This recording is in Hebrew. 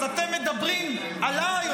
אז אתם מדברים עליי?